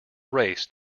race